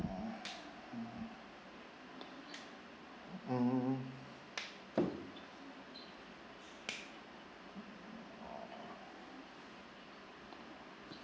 mmhmm mm